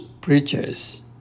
preachers